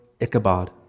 Ichabod